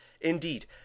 indeed